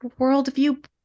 worldview